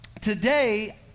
today